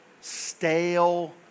stale